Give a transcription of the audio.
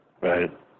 Right